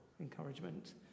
encouragement